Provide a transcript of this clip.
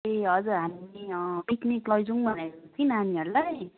ए हजुर हामी पिकनिक लैजाउँ भनेको कि नानीहरूलाई